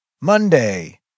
Monday